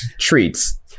treats